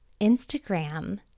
Instagram